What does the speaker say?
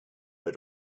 had